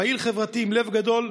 פעיל חברתי עם לב גדול,